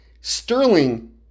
Sterling